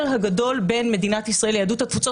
הגדול בין מדינת ישראל ליהדות התפוצות.